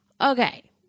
Okay